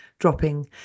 Dropping